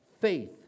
faith